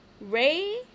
Ray